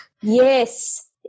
Yes